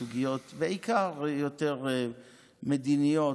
בעיקר בסוגיות יותר מדיניות,